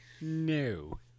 No